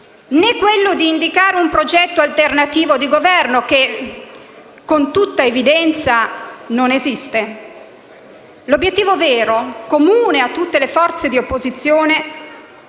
né quello di indicare un progetto alternativo di governo, che con tutta evidenza non esiste. L'obiettivo vero, comune a tutte le forze di opposizione,